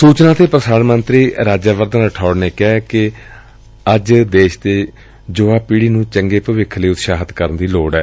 ਸੁਚਨਾ ਤੇ ਪ੍ਸਾਰਣ ਮੰਤਰੀ ਰਾਜਿਅਵਰਧਨ ਰਾਠੌੜ ਨੇ ਕਿਹਾ ਕਿ ਅੱਜ ਦੇਸ਼ ਦੀ ਯੁਵਾ ਪੀਤ੍ਸੀ ਨੂੰ ਚੰਗੇ ਭਵਿੱਖ ਲਈ ਉਤਸ਼ਾਹਿਤ ਕਰਨ ਦੀ ਲੋੜ ਏ